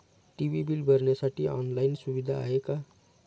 TV bill भरण्यासाठी online सुविधा आहे का?